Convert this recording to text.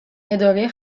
اداره